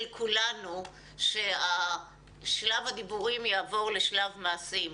כולנו ששלב הדיבורים יעבור לשלב המעשים.